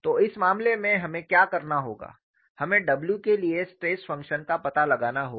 तो इस मामले में हमें क्या करना होगा हमें w के लिए स्ट्रेस फंक्शन का पता लगाना होगा